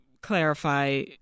clarify